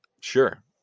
Sure